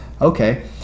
okay